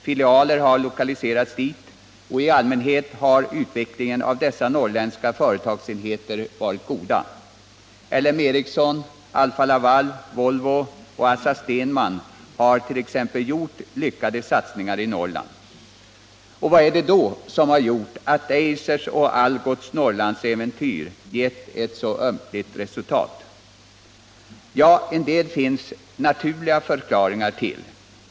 Filialer har lokaliserats dit, och i allmänhet har utvecklingen av dessa norrländska företagsenheter varit god. T. ex. L M Ericsson, Alfa-Laval AB, AB Volvo och Assa-Stenman AB har gjort lyckade satsningar i Norrland. Vad är det då som har gjort att Eisers och Algots Norrlandsäventyr gett ett så ömkligt resultat? Ja, en del finns det naturliga förklaringar till.